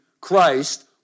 Christ